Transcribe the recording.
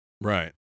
Right